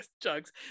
jugs